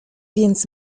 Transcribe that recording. więc